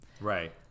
right